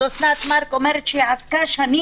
מה יעשה בית